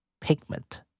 pigment